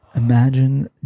Imagine